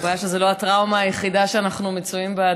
הבעיה היא שזו לא הטראומה היחידה שאנחנו מצויים בה,